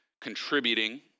contributing